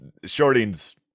shorting's